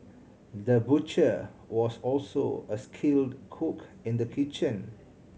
the butcher was also a skilled cook in the kitchen